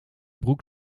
broek